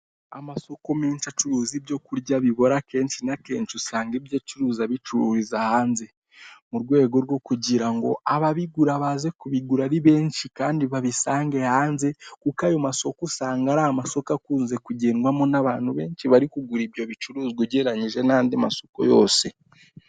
Amasoko menshi acuruza ibyokurya bibora kenshi na knenshi usanga ibyo acuruza bicururiza hanze. Mu rwego rwo kugira ngo ababigura baze kubigura ari benshi kandi babisange hanze, kuko ayo masoko usanga ari amasoko akunze kugendwamo n'abantu benshi bari kugura ibyo bicuruzwa ugereranyije n'andi masoko yose.